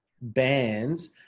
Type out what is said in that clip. bands